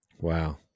Wow